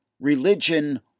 religion